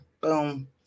Boom